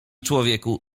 człowieku